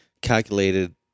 calculated